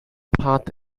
part